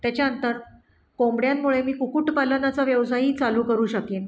त्याच्यानंतर कोंबड्यांमुळे मी कुकुटपालनाचा व्यवसायही चालू करू शकेन